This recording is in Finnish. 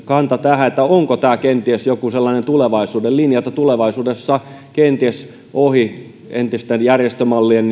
kanta tähän onko tämä kenties joku sellainen tulevaisuuden linja että tulevaisuudessa kenties ohi entisten järjestömallien